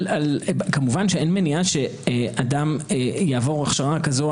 כמובן אין מניעה שאדם יעבור הכשר כזו או